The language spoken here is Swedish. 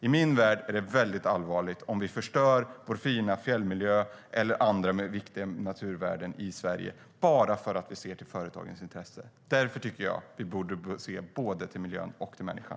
I min värld är det dock väldigt allvarligt om vi förstör vår fina fjällmiljö eller andra viktiga naturvärden i Sverige bara för att vi ser till företagens intresse. Vi borde se både till miljön och till människan.